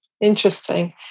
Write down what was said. Interesting